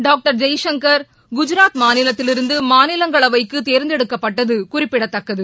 doctor Jaishankar Gujarat மாநிலத்திலிருந்து மாநிலங்களவைக்கு தேர்ந்தெடுக்கப்பட்டது குறிப்பிடத்தக்கது